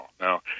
Now